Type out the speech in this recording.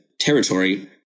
Territory